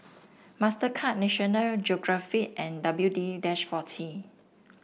Mastercard National Geographic and W D dash forty